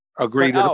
Agreed